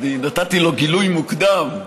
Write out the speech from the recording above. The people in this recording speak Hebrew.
נתתי לו גילוי מוקדם,